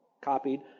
copied